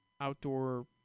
outdoor